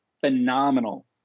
phenomenal